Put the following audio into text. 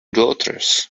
daughters